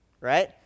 Right